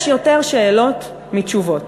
יש יותר שאלות מתשובות.